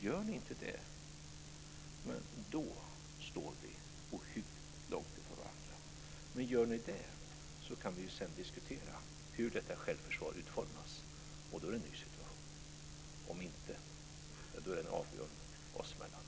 Gör ni inte det, då står vi ohyggligt långt från varandra. Men gör ni det kan vi sedan diskutera hur detta självförsvar utformas, och då är det en ny situation. Om inte, ja, då är det en avgrund oss emellan.